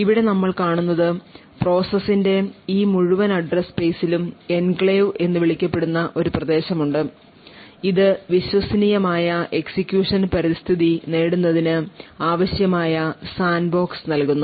ഇവിടെ നമ്മൾ കാണുന്നത് പ്രോസസ്സിന്റെ ഈ മുഴുവൻ അഡ്രസ്സ് സ്പേസിലും എൻക്ലേവ് എന്ന് വിളിക്കപ്പെടുന്ന ഒരു പ്രദേശമുണ്ട് ഇത് വിശ്വസനീയമായ എക്സിക്യൂഷൻ പരിസ്ഥിതി നേടുന്നതിന് ആവശ്യമായ സാൻഡ്ബോക്സ് നൽകുന്നു